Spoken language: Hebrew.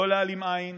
לא להעלים עין.